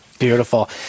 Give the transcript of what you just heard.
Beautiful